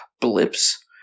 blips